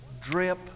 drip